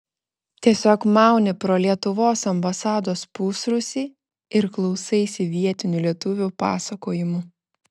tiesiog mauni pro lietuvos ambasados pusrūsį ir klausaisi vietinių lietuvių pasakojimų